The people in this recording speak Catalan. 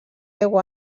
deu